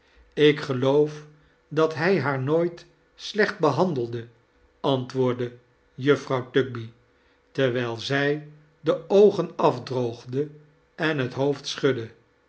ik geioof dat hij haar nooit slecht behandelde antwoordde juffrouw tugby terwijl zij de oogen afda-oogde en het hoofd schudde